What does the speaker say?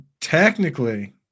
technically